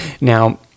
Now